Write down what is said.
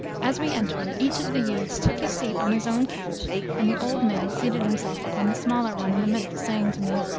as we entered each of the youths took his seat on his own couch and the old man seated himself upon the smaller one in the middle saying to me,